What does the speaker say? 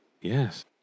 Yes